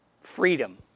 Freedom